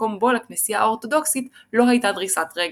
מקום בו לכנסייה האורתודוקסית לא הייתה דריסת רגל.